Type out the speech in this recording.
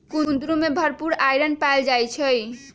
कुंदरू में भरपूर आईरन पाएल जाई छई